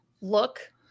look